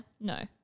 No